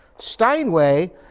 Steinway